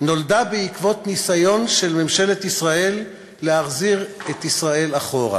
נולדה בעקבות ניסיון של ממשלת ישראל להחזיר את ישראל אחורה,